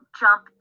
jump